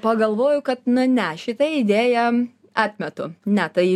pagalvoju kad nu ne šitą idėją atmetu ne tai